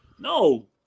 No